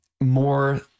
more